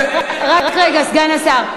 אתה תתבייש, רק רגע, סגן השר.